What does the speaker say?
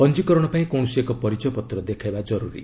ପଞ୍ଜୀକରଣ ପାଇଁ କୌଣସି ଏକ ପରିଚୟ ପତ୍ର ଦେଖାଇବା ଜରୁରୀ